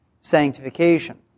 sanctification